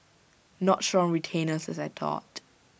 not strong retainers as I thought